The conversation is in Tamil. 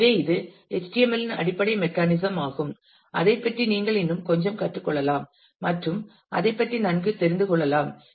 எனவே இது HTML இன் அடிப்படை மெக்கானிசம் ஆகும் அதைப் பற்றி நீங்கள் இன்னும் கொஞ்சம் கற்றுக் கொள்ளலாம் மற்றும் அதைப் பற்றி நன்கு தெரிந்து கொள்ளலாம்